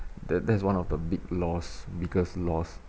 that that's one of the big loss biggest loss